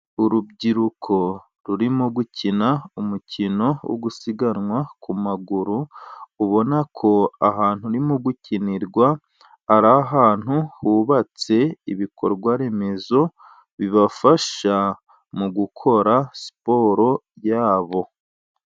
Urubyiruko rurimo gukina umukino wo gusiganwa ku maguru ubona ko ahantu urimo gukinirwa ari ahantu hubatse ibikorwa remezo bibafasha mu gukora siporo yabo.